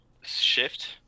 shift